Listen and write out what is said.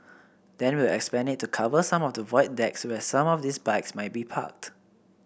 then we'll expand it to cover some of the Void Decks where some of these bikes may be parked